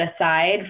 aside